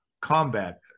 combat